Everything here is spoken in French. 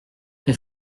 mais